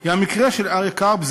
היא המקרה של אריה קרפ,